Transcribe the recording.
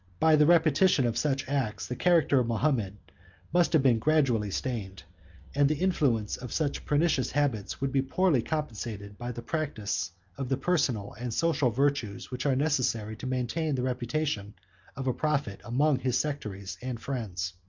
by the repetition of such acts, the character of mahomet must have been gradually stained and the influence of such pernicious habits would be poorly compensated by the practice of the personal and social virtues which are necessary to maintain the reputation of a prophet among his sectaries and friends.